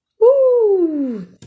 Woo